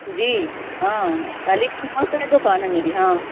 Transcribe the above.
جی ہاں علی موڑ پہ دکان ہے میری ہاں